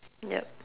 yup